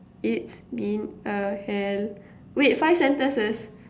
it's been a hell wait five sentences